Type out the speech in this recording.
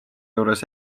juures